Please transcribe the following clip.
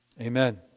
Amen